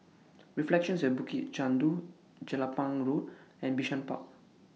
Reflections At Bukit Chandu Jelapang Road and Bishan Park